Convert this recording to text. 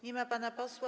Nie ma pana posła.